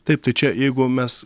taip tai čia jeigu mes